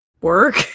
Work